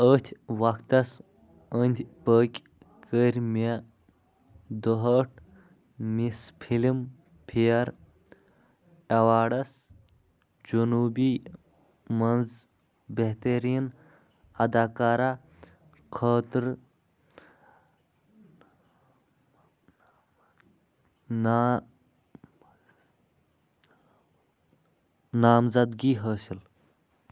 أتھۍ وقتس أندۍ پٔكۍ کٔر مےٚ دُہٲٹھمِس فِلِم فِیَر ایوارڈس جنوٗبی منٛز بہتٔریٖن اداکارہ خٲطرٕ نا نامزدگی حٲصِل